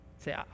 Say